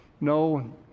No